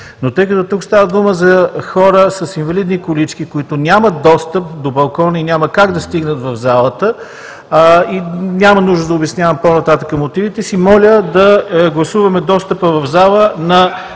но тъй като тук става дума за хора с инвалидни колички, които нямат достъп до балкона и няма как да стигнат в залата, няма нужда до обяснявам по-нататък мотивите си. Моля да гласуваме достъпа в зала на